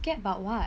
scared about what